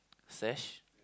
sash